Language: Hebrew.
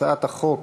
הצעת חוק